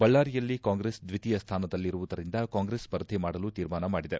ಬಳ್ಳಾರಿಯಲ್ಲಿ ಕಾಂಗ್ರೆಸ್ ದ್ವೀತಿಯ ಸ್ಥಾನದಲ್ಲಿರುವುದರಿಂದ ಕಾಂಗ್ರೆಸ್ ಸ್ಪರ್ಧೆ ಮಾಡಲು ತೀರ್ಮಾನ ಮಾಡಿದೆ